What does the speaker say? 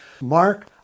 Mark